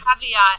caveat